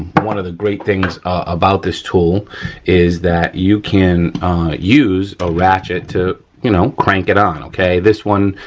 but one of the great things about this tool is that you can use a ratchet to, you know, crank it on. okay, this one,